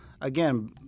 again